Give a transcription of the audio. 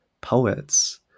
poets